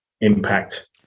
impact